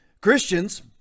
Christians